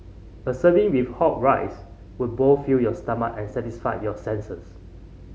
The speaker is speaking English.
a serving with hot rice would both fill your stomach and satisfy your senses